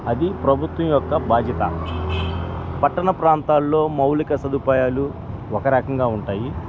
అది ప్రభుత్వం యొక్క బాధ్యతను పట్టణ ప్రాంతాల్లో మౌలిక సదుపాయాలు ఒక రకంగా ఉంటాయి